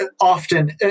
often